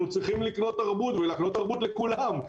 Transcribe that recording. צריכים לקנות תרבות ולהקנות תרבות לכולם.